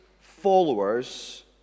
followers